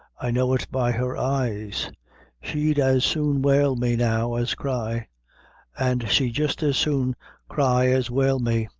i know it by her eyes she'd as soon whale me now as cry and she'd jist as soon cry as whale me.